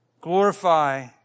Glorify